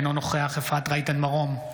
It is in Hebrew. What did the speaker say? אינו נוכח אפרת רייטן מרום,